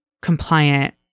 compliant